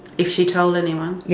if she told anyone? yeah